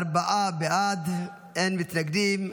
ארבעה בעד, אין מתנגדים.